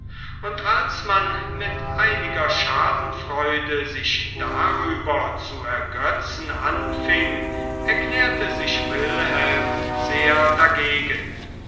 und als man mit einiger schadenfreude sich darüber zu ergötzen anfing erklärte sich wilhelm sehr dagegen